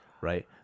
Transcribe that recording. right